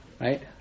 Right